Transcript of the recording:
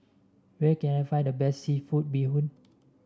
where can I find the best seafood Bee Hoon